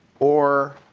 or